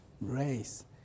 race